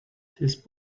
his